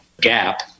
Gap